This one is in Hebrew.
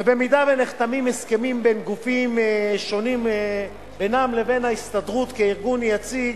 ובמידה שנחתמים הסכמים בין גופים שונים בינם לבין ההסתדרות כארגון יציג,